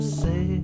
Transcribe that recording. say